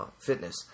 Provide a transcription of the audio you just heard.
fitness